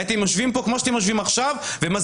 הייתם יושבים פה כמו שאתם יושבים עכשיו ומסבירים